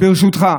ברשותך,